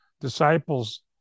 disciples